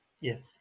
Yes